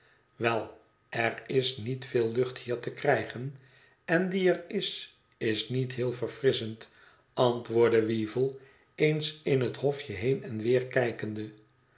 wel er is niet veel lucht hier te krijgen en die er is is niet heel verfrisschend antwoordt weevle eens in het hofje heen en weer kijkende